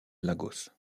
lagos